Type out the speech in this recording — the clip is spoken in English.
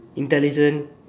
intelligent